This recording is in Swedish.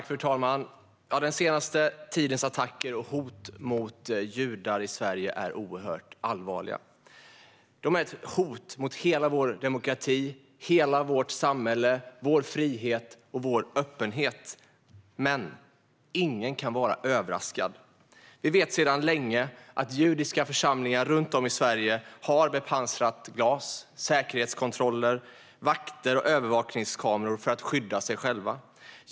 Fru talman! Den senaste tidens attacker och hot mot judar i Sverige är oerhört allvarliga. De är ett hot mot hela vår demokrati, hela vårt samhälle, vår frihet och vår öppenhet. Men ingen kan vara överraskad. Vi vet sedan länge att judiska församlingar runt om i Sverige har bepansrat glas, säkerhetskontroller, vakter och övervakningskameror för att skydda sig själva.